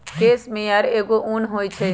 case mayor एगो उन होई छई